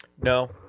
No